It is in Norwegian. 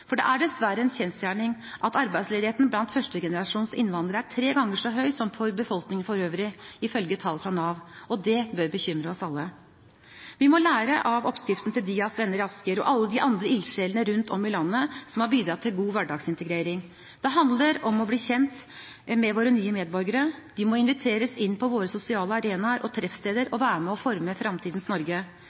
for det er dessverre en kjensgjerning at arbeidsledigheten blant førstegenerasjonsinnvandrere er tre ganger så høy som for befolkningen for øvrig, ifølge tall fra Nav, og det bør bekymre oss alle. Vi må lære av oppskriften til DIAS venner i Asker og alle de andre ildsjelene rundt om i landet som har bidratt til god hverdagsintegrering. Det handler om å bli kjent med våre nye medborgere. De må inviteres inn på våre sosiale arenaer og treffsteder og være med og forme fremtidens Norge.